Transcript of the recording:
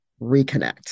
reconnect